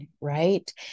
right